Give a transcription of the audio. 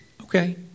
okay